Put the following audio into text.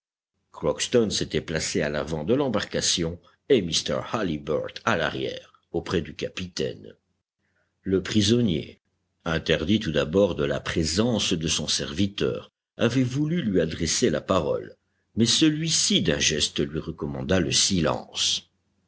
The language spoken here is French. crockston s'était placé à l'avant de l'embarcation et mr halliburtt à l'arrière auprès du capitaine le prisonnier interdit tout d'abord de la présence de son serviteur avait voulu lui adresser la parole mais celui-ci d'un geste lui recommanda le silence